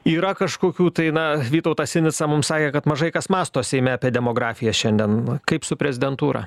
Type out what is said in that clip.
yra kažkokių tai na vytautas sinica mums sakė kad mažai kas mąsto seime apie demografiją šiandien kaip su prezidentūra